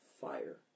Fire